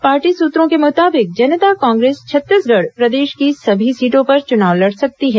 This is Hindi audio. पार्टी सूत्रों के मुताबिक जनता कांग्रेस छत्तीसगढ़ प्रदेश की सभी सीटों पर चुनाव लड़ सकती है